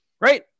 Right